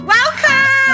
Welcome